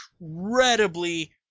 incredibly